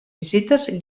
visites